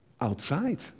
outside